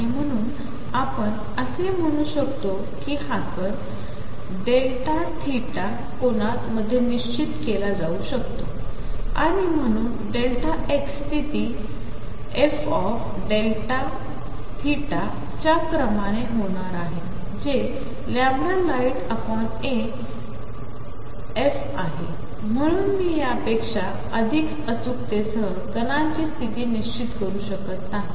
आणिम्हणून आपणअसेम्हणूशकतोकीहाकणΔθकोनातमध्येनिश्चितकेलाजाऊशकतोआणिम्हणून xस्थितीf Δθच्याक्रमानेहोणारआहेजेlightafआहेम्हणूनमीयापेक्षाअधिकअचूकतेसहकणांचीस्थितीनिश्चितकरूशकतनाही